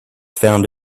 found